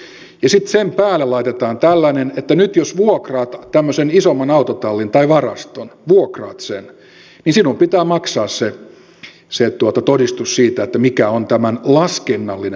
ja sitten sen päälle laitetaan tällainen että nyt jos vuokraat tämmöisen isomman autotallin tai varaston vuokraat sen niin sinun pitää maksaa se todistus siitä mikä on tämän laskennallinen huom